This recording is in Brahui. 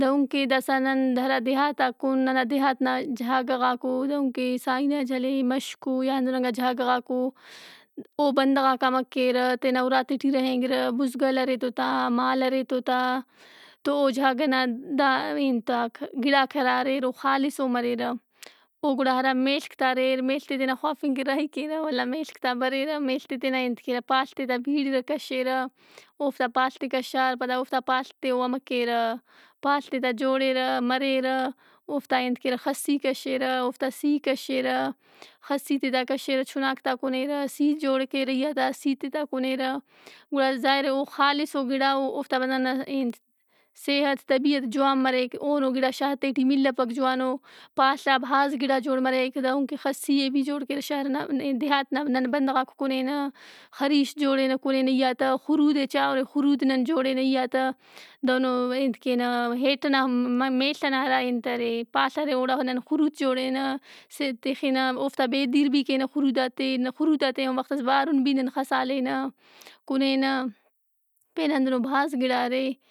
دہنکہ داسا نن ہرا دیہاتاک او. ننادیہات نا جہاگہ غاک او دہنکہ سائیں نا جھل اے مشک او یا ہندن انگا جاگہہ غاک او او بندغاک امہ کیرہ تینا اُراتے ٹی رہینگِرہ۔ بُزگل ارے تو تامال ارے تو تا۔ تو جاگہ نا دا انتاک گِڑاک ہرا اریر او خالصو مریرہ۔ او گُڑا ارا میڷک تا اریر، میڷت ئے تینا خوافِنگ کہ راہی کیرہ ولدا میڷک تا بریرہ، میڷت ئے تینا انت کیرہ پاڷت ئے تابیڑِرہ کشّیرہ۔ اوفتا پاڷت ئے کشّار پدا اوفتا پاڷت ئے او امہ کیرہ۔ پاڷت ئے تا جوڑِہ، مریرہ، اوفتا انت کیرہ، خسّی کشِرہ اوفتا سی کشِرہ، خسی تے تہ کشِّرہ چُناک تاکُنیرہ سی جوڑ کیرہ ای آ۔ دا سی تے تا کُنیرہ۔ گُڑا ظاہر اے او خالصو گِڑا او۔ اوفتاولدانا ئے انت صحت طبیعت جوان مریک۔ اونو گِڑا شارتےٹی ملّپک جوانو۔ پاڷ آ بھازگِڑا جوڑ مریک۔ دہنکہ خسی ئے بھی جوڑ کیرہ شارنا ن۔ ن۔ دیہات نا نن بندغاک کُنینہ۔ خریش جوڑِنہ کنینہ ای آ تا، خرودئے چاہورے۔ خرود نن جوڑِنہ ای آ تا۔ دہنو انت کینہ، ہیٹ نا م۔ م۔ میڷ ئنا ہرا انت ارے پاڷ ارے۔ اوڑا نن خرود جوڑِنہ تِخِنہ۔ اوفتا بے دیر بھی کینہ خرودات ئے۔ خروداتے آن وختس بارُن بھی نن خسالینہ، کُنینہ۔ پین ہندنو بھاز گِڑا ارے۔